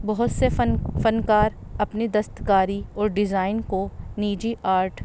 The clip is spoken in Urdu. بہت سے فن فنکار اپنی دستکاری اور ڈیزائن کو نجی آرٹ